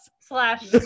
slash